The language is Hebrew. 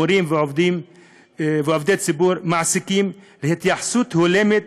מורים ועובדי ציבור ומעסיקים להתייחסות הולמת